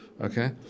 Okay